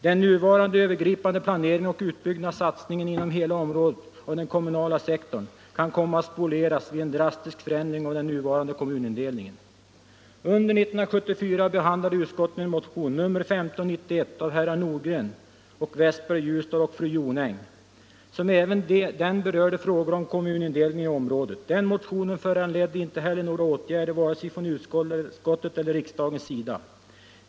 Den nuvarande övergripande planeringen och utbyggda satsningen inom hela området av den kommunala sektorn kan komma att spolieras vid en drastisk förändring av den nuvarande kom Under 1974 behandlade utskottet en motion, nr 1591, av herrar Nordgren, Westberg i Ljusdal och fru Jonäng, som även den berörde frågor om kommunindelningen i området. Den motionen föranledde inte heller några åtgärder, från vare sig utskottets eller riksdagens sida.